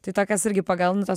tai tokios irgi pagal nu tuos